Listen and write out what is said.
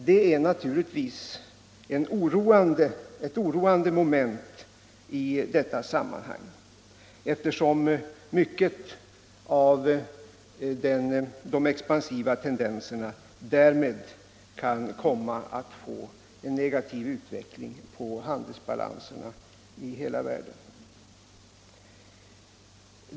Det är naturligtvis ett oroande moment i detta sammanhang, eftersom mycket av de expansiva tendenserna därmed kan komma att få till följd en negativ utveckling på handelsbalanserna i hela världen.